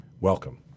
Welcome